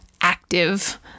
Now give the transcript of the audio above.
active